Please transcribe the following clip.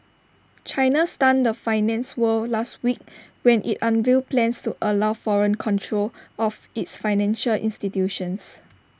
China stunned the finance world last week when IT unveiled plans to allow foreign control of its financial institutions